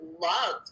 love